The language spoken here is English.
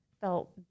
felt